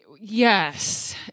Yes